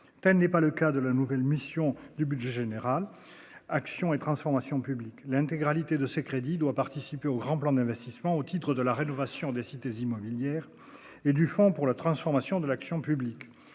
telle n'est pas le cas de la nouvelle mission du budget général action et transformation publiques l'intégralité de ses crédits doit participer au grand plan d'investissement au titre de la rénovation des cités immobilière et du Fonds pour la transformation de l'action publique,